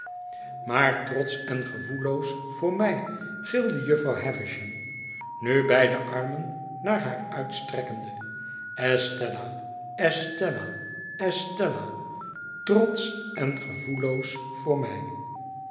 maar trotsch en gevoelloos voor mij gilde jufvrouw havisham nu beide armen naar haar uitstrekkende estella estella estella trotsch en gevoelloos voor mij